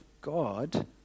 God